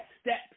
steps